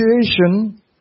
situation